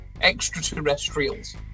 Extraterrestrials